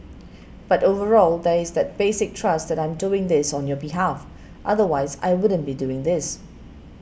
but overall there is that basic trust that I'm doing this on your behalf otherwise I wouldn't be doing this